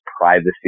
privacy